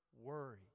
worry